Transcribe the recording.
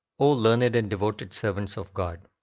o learned and devoted servants of god!